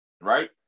right